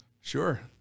sure